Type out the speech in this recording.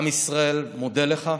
עם ישראל מודה לך.